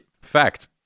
Fact